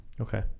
Okay